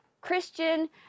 Christian